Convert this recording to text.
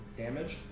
damage